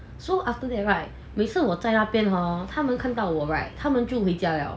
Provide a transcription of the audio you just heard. so after that right 每次我在那边 hor 他们看到我 right 他们就回家了